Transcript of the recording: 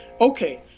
okay